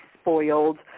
spoiled